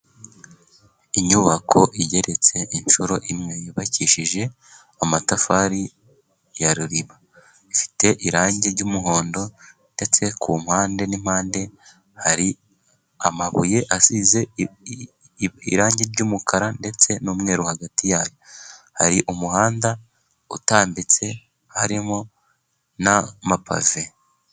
Inyubako igeretse inshuro imwe yubakishije amatafari ya ruriba, ifite irangi ry'umuhondo ndetse ku mpande n'impande hari amabuye asize irangi ry'umukara ndetse n'umweru hagati yayo . Hari umuhanda utambitse, harimo n'amapave.